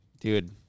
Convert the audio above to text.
Dude